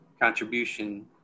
contribution